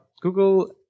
Google